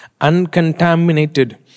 uncontaminated